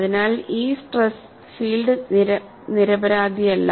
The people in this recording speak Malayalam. അതിനാൽ ഈ സ്ട്രെസ് ഫീൽഡ് നിരപരാധിയല്ല